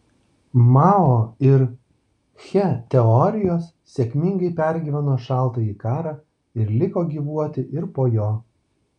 mao ir che teorijos sėkmingai pergyveno šaltąjį karą ir liko gyvuoti ir po jo